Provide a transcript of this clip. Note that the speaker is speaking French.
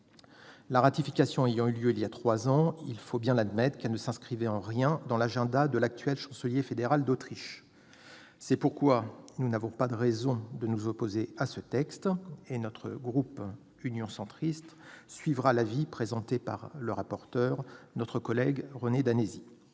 La ratification ayant eu lieu voilà trois ans, il faut bien admettre qu'elle ne s'inscrivait nullement dans l'agenda de l'actuel chancelier fédéral d'Autriche. C'est pourquoi nous n'avons pas de raison de nous opposer à ce texte. Le groupe Union Centriste suivra l'avis formulé par le rapporteur, notre collègue René Danesi.